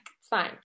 Fine